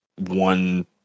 One